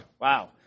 Wow